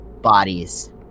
bodies